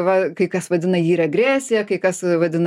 va kai kas vadina jį regresija kai kas vadina